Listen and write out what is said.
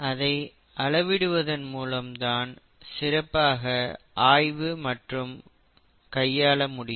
அதை அளவிடுவதான் மூலம் சிறப்பாக ஆய்வு மற்றும் கையாள முடியும்